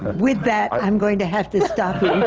with that, i'm going to have to stop